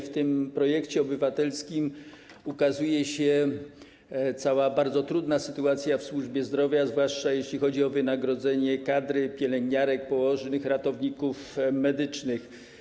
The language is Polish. W tym projekcie obywatelskim ukazuje się cała bardzo trudna sytuacja w służbie zdrowia, zwłaszcza jeśli chodzi o wynagrodzenie kadry pielęgniarek, położnych, ratowników medycznych.